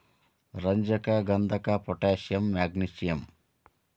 ರಂಜಕ ಗಂಧಕ potassium magnesium